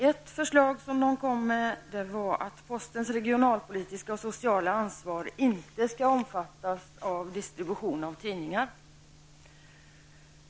Ett förslag som utredningen kom med var att postens regionalpolitiska och sociala ansvar inte skall omfattas av distribution av tidningar.